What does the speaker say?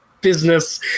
business